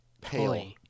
Pale